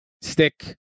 stick